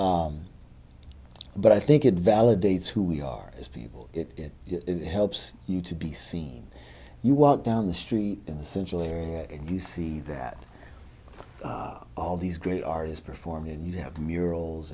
but i think it validates who we are as people it helps you to be seen you walk down the street in the central area and you see that all these great artists performing and you have murals